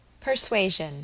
Persuasion